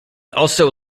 also